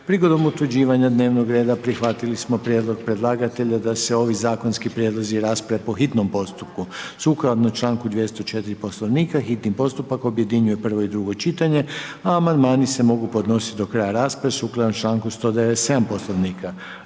Prigodom utvrđivanja dnevnog reda prihvatili smo prijedlog predlagatelja da se ovi zakonski prijedlozi rasprave po hitnom postupku, sukladno čl. 204. Poslovnika hitni postupak objedinjuje prvo i drugo čitanje, a amandmani se mogu podnositi do kraja rasprave sukladno čl. 197. Poslovnika.